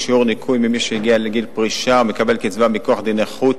שיעור ניכוי ממי שהגיע לגיל פרישה ומקבל קצבה מכוח דיני חוץ),